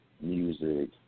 music